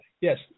Yes